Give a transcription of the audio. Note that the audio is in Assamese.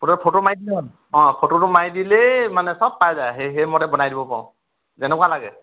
ফটো ফটো মাৰি দিলেই হ'ল অঁ ফটো মাৰি দিলেই মানে চব পাই যায় সেই মতে বনাই দিব পাৰোঁ যেনেকুৱা লাগে